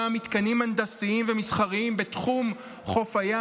מתקנים הנדסיים ומסחריים בתחום חוף הים.